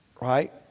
right